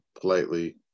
politely